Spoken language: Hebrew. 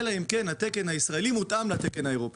אלא אם כן התקן הישראלי הותאם לתקן האירופי.